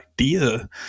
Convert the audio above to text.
idea